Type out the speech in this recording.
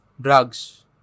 drugs